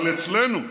אבל אצלנו,